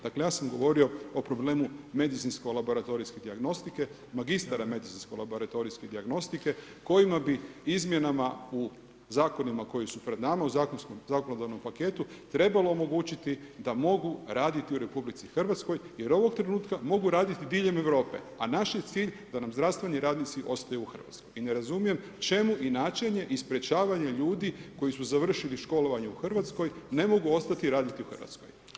Dakle ja sam govorio o problemu medicinsko-laboratorijske dijagnostike, magistara medicinsko-laboratorijske dijagnostike kojima bi izmjenama u zakonima koji su pred nama, u zakonodavnom paketu, trebalo omogućiti da mogu raditi u RH jer ovog trenutka mogu raditi diljem Europe, a naš je cilj da nam zdravstveni radnici ostaju u Hrvatskoj i ne razumijem čemu inaćenje i sprječavanje ljudi koji su završili školovanje u Hrvatskoj, ne mogu ostati raditi u Hrvatskoj.